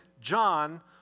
John